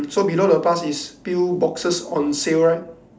so below the pass is pill boxes on sale right